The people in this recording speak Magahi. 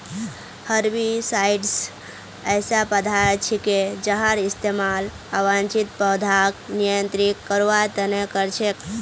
हर्बिसाइड्स ऐसा पदार्थ छिके जहार इस्तमाल अवांछित पौधाक नियंत्रित करवार त न कर छेक